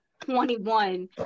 21